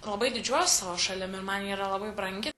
labai didžiuojuos savo šalim ir man ji yra labai brangi